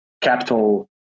capital